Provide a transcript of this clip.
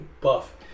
buff